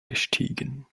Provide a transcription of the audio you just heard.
gestiegen